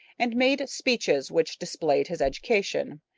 and made speeches which displayed his education.